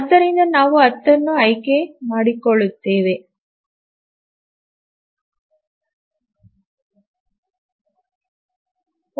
ಆದ್ದರಿಂದ ನಾವು 10 ಅನ್ನು ಆಯ್ಕೆ ಮಾಡಬಹುದು